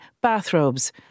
bathrobes